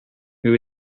who